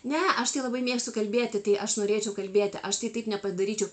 ne aš tai labai mėgstu kalbėti tai aš norėčiau kalbėti aš tai taip nepadaryčiau